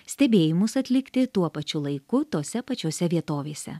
stebėjimus atlikti tuo pačiu laiku tose pačiose vietovėse